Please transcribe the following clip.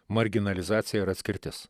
marginalizacija ir atskirtis